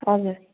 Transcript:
हजुर